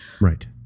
Right